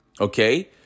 okay